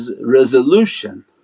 resolution